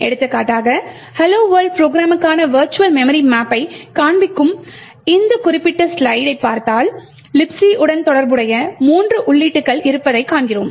எடுத்துக்காட்டாக Hello World ப்ரோக்ராமுக்கான virtual memory மேப்பைக் காண்பிக்கும் இந்த குறிப்பிட்ட ஸ்லைடைப் பார்த்தால் Libc உடன் தொடர்புடைய மூன்று உள்ளீடுகள் இருப்பதைக் காண்கிறோம்